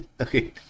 Okay